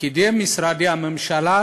פקידי משרדי הממשלה